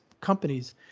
companies